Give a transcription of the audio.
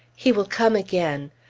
he will come again!